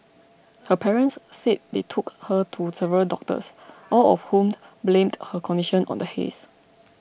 her parents said they took her to several doctors all of whom blamed her condition on the haze